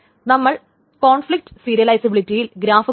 നമ്മൾ കോൺഫ്ലിക്റ്റ് സീരിയലൈസീബിലിറ്റിയിൽ ഗ്രാഫ് കണ്ടു